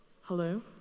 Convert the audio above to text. Hello